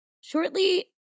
Shortly